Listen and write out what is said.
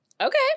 Okay